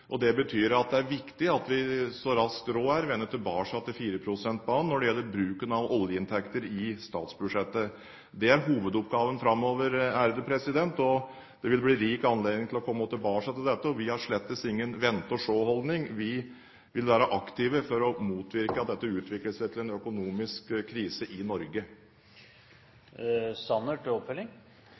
Det betyr at det er viktig at vi, så raskt råd er, vender tilbake til 4 pst.-banen når det gjelder bruken av oljeinntekter i statsbudsjettet. Det er hovedoppgaven framover, og det vil bli rik anledning til å komme tilbake til dette. Vi har slett ingen vente-og-se-holdning, vi vil være aktive for å motvirke at dette utvikler seg til en økonomisk krise i Norge.